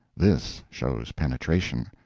this shows penetration.